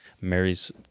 Mary's